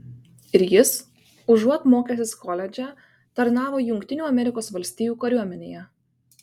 ir jis užuot mokęsis koledže tarnavo jungtinių amerikos valstijų kariuomenėje